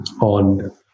on